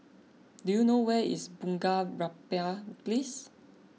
do you know where is Bunga Rampai Place